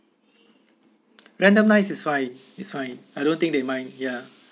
randomize it's fine it's fine I don't think they mind ya